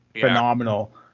Phenomenal